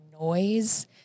noise